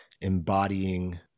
embodying